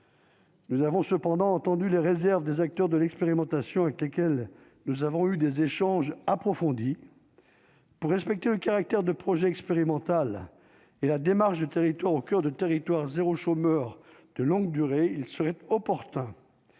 Nous avons cependant entendu les réserves des acteurs de l'expérimentation avec lesquels nous avons eu des échanges approfondis. Pour respecter le caractère de projet expérimental et la démarche du territoire au coeur de territoires zéro, chômeur de longue durée, il souhaite opportun